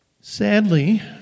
Sadly